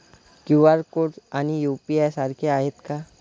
QR code आणि UPI सारखे आहेत का?